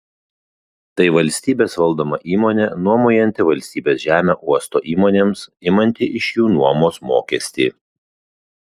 tai valstybės valdoma įmonė nuomojanti valstybės žemę uosto įmonėms imanti iš jų nuomos mokestį